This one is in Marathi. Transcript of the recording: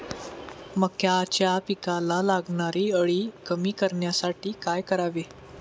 मक्याच्या पिकाला लागणारी अळी कमी करण्यासाठी काय करावे?